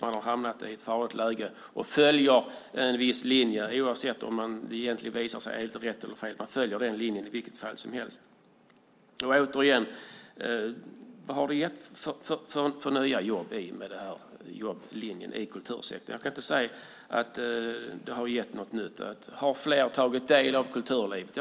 Man har hamnat i ett farligt läge och följer en viss linje, oavsett om den egentligen visar sig vara rätt eller fel. Man följer den linjen i vilket fall som helst. Vad har den här jobblinjen gett för nya jobb i kultursektorn? Jag kan inte se att det gett något nytt. Har fler tagit del av kulturlivet?